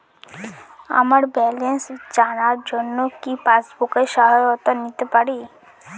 আমার ব্যালেন্স জানার জন্য কি পাসবুকের সহায়তা নিতে পারি?